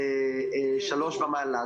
ושלוש ומעלה.